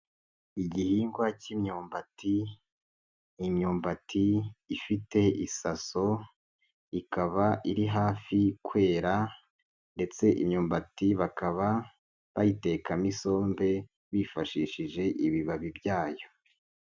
Igihingwa cy'imyumbati, imyumbati ifite isaso ikaba iri hafi kwera ndetse imyumbati bakaba bayitekamo isombe bifashishije ibibabi byayo.